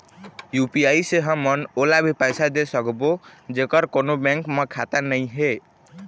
UPI मे हमन ओला भी पैसा दे सकबो जेकर कोन्हो बैंक म खाता नई हे?